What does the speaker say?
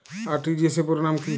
RTGS পুরো নাম কি?